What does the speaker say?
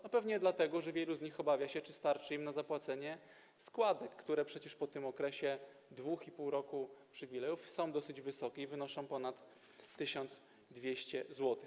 No, pewnie dlatego że wielu z nich obawia się, czy starczy im na zapłacenie składek, które przecież po 2,5 roku przywilejów są dosyć wysokie i wynoszą ponad 1200 zł.